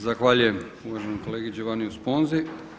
Zahvaljujem uvaženom kolegi Giovanniu Sponzi.